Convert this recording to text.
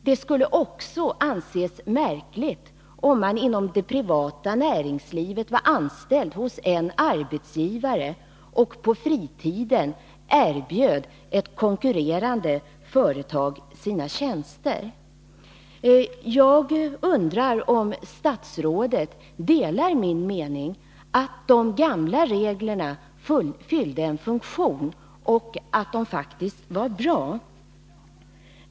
Det skulle också anses märkligt, om man inom det privata näringslivet var anställd hos en arbetsgivare och på fritiden erbjöd ett konkurrerande företag sina tjänster. Jag undrar om statsrådet delar min mening att de gamla reglerna fyllde en funktion och faktiskt var bra.